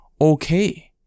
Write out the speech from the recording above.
okay